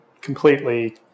completely